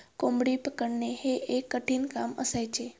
कोंबडी पकडणे हे एक कठीण काम असायचे